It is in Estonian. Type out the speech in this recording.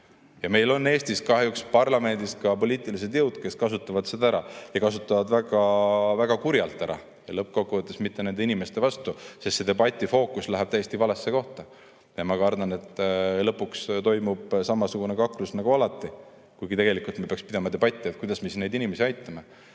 parlamendis kahjuks sellised poliitilised jõud, kes kasutavad seda ära ja kasutavad väga-väga kurjalt ära ja lõppkokkuvõttes mitte nende inimeste vastu, sest selle debati fookus läheb täiesti valesse kohta. Ma kardan, et lõpuks toimub samasugune kaklus nagu alati, kuigi tegelikult me peaksime pidama debatti, kuidas neid inimesi aidata.